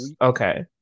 okay